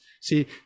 see